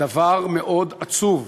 דבר מאוד עצוב: